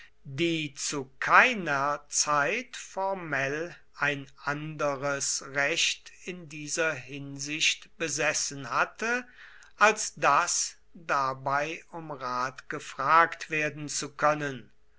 die zu keiner zeit formell ein anderes recht in dieser hinsicht besessen hatte als das dabei um rat gefragt werden zu können